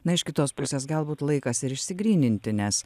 na iš kitos pusės galbūt laikas ir išsigryninti nes